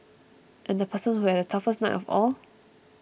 and the person who had the toughest night of all